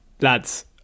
lads